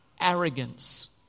arrogance